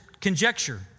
conjecture